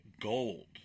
gold